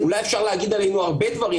אולי אפשר להגיד עלינו הרבה דברים,